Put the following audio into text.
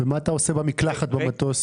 מה אתה עושה במקלחת במטוס?